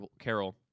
Carol